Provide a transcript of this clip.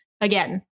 again